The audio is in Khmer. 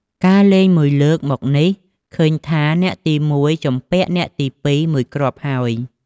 ការលេងមួយលើកមកនេះ ឃើញថាអ្នកទី១ ជំពាក់អ្នកទី២ មួយគ្រាប់ហើយ។